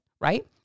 right